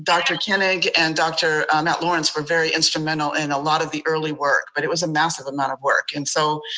dr. koenig and dr. matt lawrence were very instrumental in a lot of the early work, but it was a massive amount of work. and so,